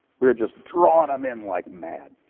we were just drawing them in like mad.